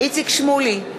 איציק שמולי,